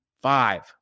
five